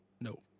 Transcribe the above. No